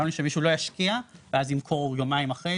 הרעיון שמישהו לא ישקיע ואז ימכור יומיים אחרי